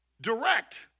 direct